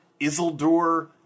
Isildur